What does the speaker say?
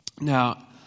Now